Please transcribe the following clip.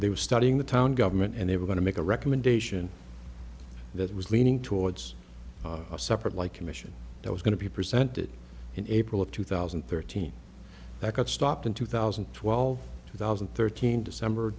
they were studying the town government and they were going to make a recommendation that was leaning towards a separate like commission that was going to be presented in april of two thousand and thirteen that got stopped in two thousand and twelve two thousand and thirteen december